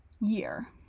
year